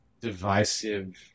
divisive